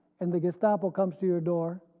and the gestapo comes to your door